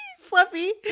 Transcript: Fluffy